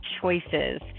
choices